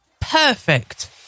perfect